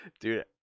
Dude